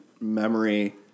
memory